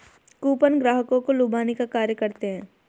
coupon ग्राहकों को लुभाने का कार्य करते हैं